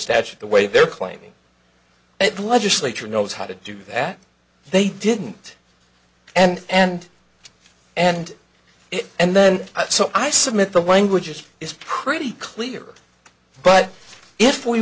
statute the way they're claiming it the legislature knows how to do that they didn't and and and it and then so i submit the language is is pretty clear but if we